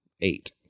eight